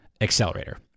accelerator